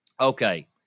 Okay